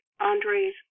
Andre's